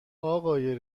آقای